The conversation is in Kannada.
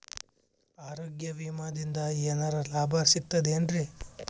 ಆರೋಗ್ಯ ವಿಮಾದಿಂದ ಏನರ್ ಲಾಭ ಸಿಗತದೇನ್ರಿ?